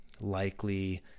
likely